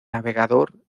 navegador